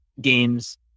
games